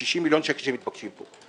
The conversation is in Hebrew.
60 מיליון השקל שמתבקשים פה.